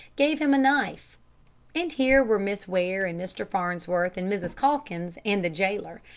gave him a knife and here were miss ware and mr. farnsworth and mrs. calkins and the jailer,